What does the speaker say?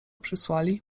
przysłali